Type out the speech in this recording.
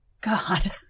God